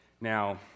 Now